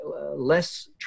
less